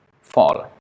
fall